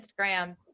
Instagram